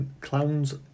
Clowns